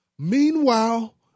Meanwhile